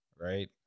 right